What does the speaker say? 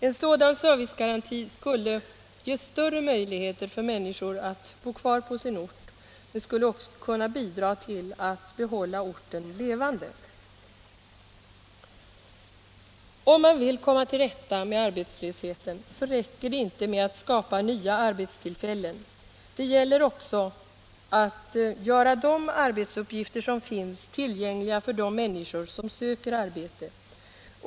En sådan servicegaranti skulle ge större möjligheter för människor att bo kvar på sin ort och kunna bidra till att hålla orten levande. Om man vill komma till rätta med arbetslösheten räcker det inte med att skapa nya arbetstillfällen. Det gäller också att göra de arbetsuppgifter som finns tillgängliga för de människor som söker arbete.